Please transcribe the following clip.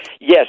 yes